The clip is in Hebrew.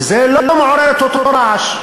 וזה לא מעורר את אותו רעש.